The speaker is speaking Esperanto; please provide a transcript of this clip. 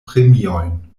premiojn